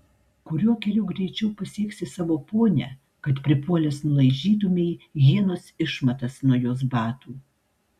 kuriuo keliu greičiau pasieksi savo ponią kad pripuolęs nulaižytumei hienos išmatas nuo jos batų